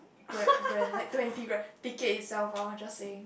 grand grand like twenty grand ticket itself ah just saying